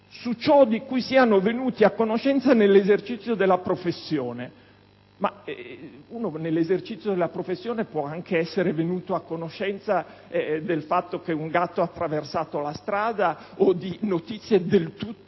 su ciò di cui siano venuti a conoscenza nell'esercizio della professione». Ma nell'esercizio della professione si può anche venire a conoscenza del fatto che un gatto attraversa la strada o di altre notizie del tutto